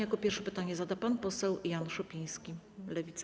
Jako pierwszy pytanie zada pan poseł Jan Szopiński, Lewica.